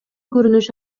көрүнүш